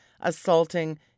assaulting